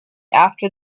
after